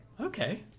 Okay